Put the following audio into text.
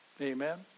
Amen